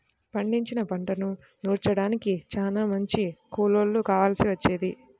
పండించిన పంటను నూర్చడానికి చానా మంది కూలోళ్ళు కావాల్సి వచ్చేది